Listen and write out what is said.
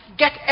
get